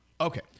Okay